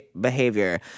behavior